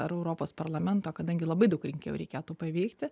ar europos parlamento kadangi labai daug rinkėjų reikėtų paveikti